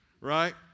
right